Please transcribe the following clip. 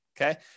okay